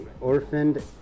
orphaned